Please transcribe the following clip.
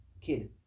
Kid